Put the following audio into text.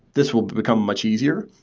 this will become much easier.